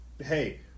hey